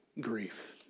grief